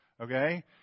okay